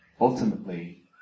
ultimately